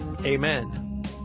Amen